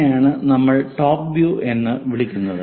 ഇതിനെയാണ് നമ്മൾ top view എന്ന് വിളിക്കുന്നത്